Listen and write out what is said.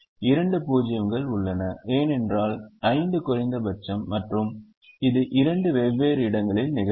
இரண்டு 0 கள் உள்ளன ஏனென்றால் 5 குறைந்தபட்சம் மற்றும் இது இரண்டு வெவ்வேறு இடங்களில் நிகழ்ந்தது